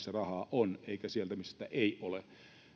on eikä sieltä missä sitä ei ole